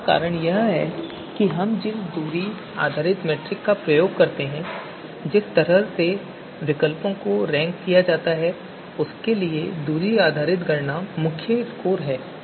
इसका कारण यह है कि हम जिस दूरी आधारित मीट्रिक का उपयोग करते हैं और जिस तरह से विकल्पों को रैंक किया जाता है उसके लिए दूरी आधारित गणना मुख्य कोर है